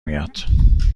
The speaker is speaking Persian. میاد